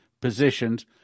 positions